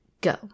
go